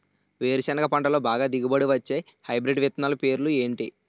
వేరుసెనగ పంటలో బాగా దిగుబడి వచ్చే హైబ్రిడ్ విత్తనాలు పేర్లు ఏంటి?